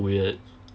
weird